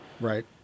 Right